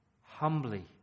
humbly